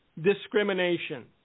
Discrimination